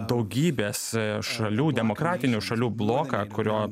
daugybę šalių demokratinių šalių bloką kurio